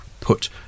put